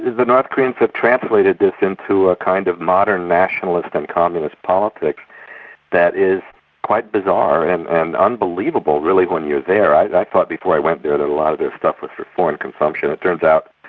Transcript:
the north koreans have translated this into a kind of modern nationalist and communist politics that is quite bizarre, and and unbelievable really when you're there. i thought before i went there that a lot of their stuff was for foreign consumption it turns out